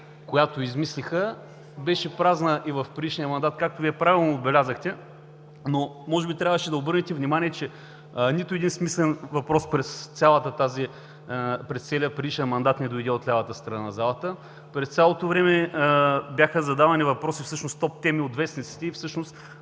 която измислиха, беше празна и в предишния мандат, както Вие правилно отбелязахте. Но може би трябваше да обърнете внимание, че нито един смислен въпрос през целия предишен мандат не дойде от лявата страна на залата. През цялото време бяха задавани въпроси, всъщност топ теми от вестниците, и колегите